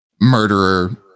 murderer